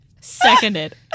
Seconded